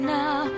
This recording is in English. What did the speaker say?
now